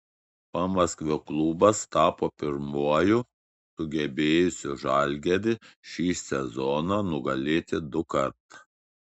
pamaskvio klubas tapo pirmuoju sugebėjusiu žalgirį šį sezoną nugalėti dukart